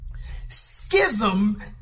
Schism